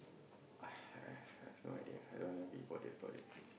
I I I I've no idea I don't wanna be bothered about it